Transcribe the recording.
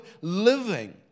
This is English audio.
living